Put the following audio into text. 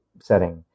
setting